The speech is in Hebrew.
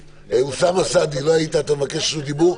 אוסאמה סעדי, לא היית, אתה מבקש זכות דיבור?